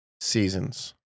seasons